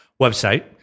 website